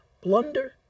Blunder